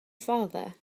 father